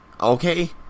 okay